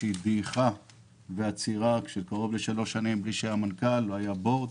היה בדעיכה ועצירה כאשר לא היה מנכ"ל ולא הייתה הנהלה.